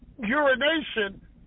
urination